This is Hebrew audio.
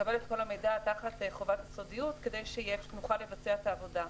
לקבל את כל המידע תחת חובת הסודיות כדי שנוכל לבצע את העבודה.